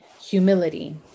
humility